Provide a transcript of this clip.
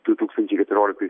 du tūkstančiai keturioliktais